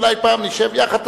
אולי פעם נשב יחד,